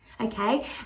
Okay